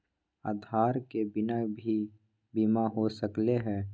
आधार के बिना भी बीमा हो सकले है?